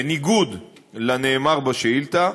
בניגוד לנאמר בשאילתה,